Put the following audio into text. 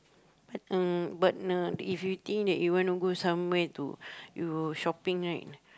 but uh but uh if you think that you want to go somewhere to you shopping right